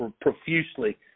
profusely